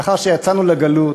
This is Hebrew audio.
לאחר שיצאנו לגלות.